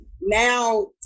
now